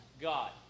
God